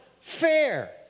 fair